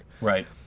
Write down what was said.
Right